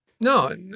No